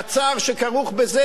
גם עולה הרבה כסף.